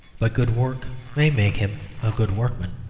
but good work may make him a good workman.